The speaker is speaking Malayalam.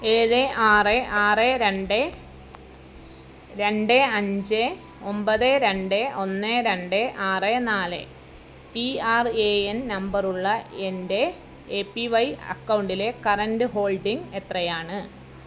ഏഴ് ആറ് ആറ് രണ്ട് രണ്ട് അഞ്ച് ഒമ്പത് രണ്ട് ഒന്ന് രണ്ട് ആറ് നാല് പി ആർ എ എൻ നമ്പറുള്ള എൻ്റെ എ പി വൈ അക്കൗണ്ടിലെ കറൻ്റെ ഹോൾഡിംഗ് എത്രയാണ്